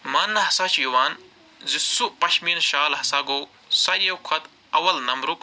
ماننہٕ ہسا چھُ یِوان زِ سُہ پَشمیٖن شال ہسا گوٚو ساروٕیو کھۄتہٕ اَوَل نَمبرُک